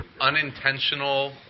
Unintentional